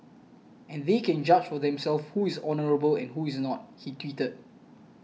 and they can judge for themselves who is honourable and who is not he tweeted